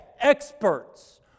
experts